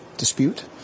dispute